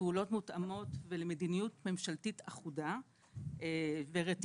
לפעולות מותאמות ולמדיניות ממשלתית אחודה ורתימה